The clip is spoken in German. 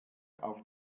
auf